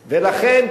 ולכן,